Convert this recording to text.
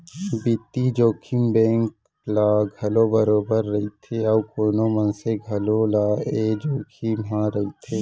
बित्तीय जोखिम बेंक ल घलौ बरोबर रइथे अउ कोनो मनसे घलौ ल ए जोखिम ह रइथे